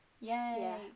Yay